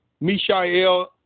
Mishael